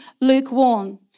lukewarm